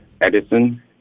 Edison